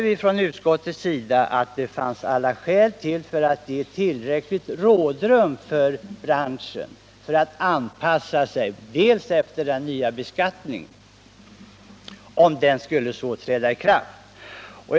Vi i utskottsmajoriteten anförde då att alla skäl fanns att ge branschen tillräckligt rådrum för 9” att anpassa sig till ett ikraftträdande av en sådan lagstiftning.